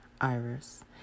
Iris